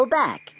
back